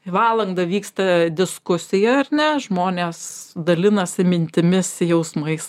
valandą vyksta diskusija ar ne žmonės dalinasi mintimis jausmais